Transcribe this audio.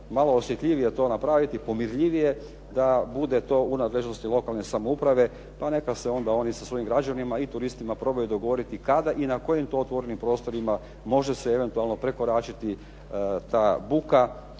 malo osjetljivije to napraviti pomirljivije da to bude u nadležnosti lokalne samouprave pa neka se onda oni sa svojim građanima i turistima probaju dogoditi kada i na kojim to otvorenim prostorima može se eventualno prekoračiti ta buka